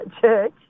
church